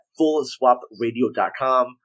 fullswapradio.com